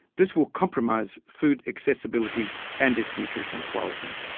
this will compromise food accessibility and its nutritional quality.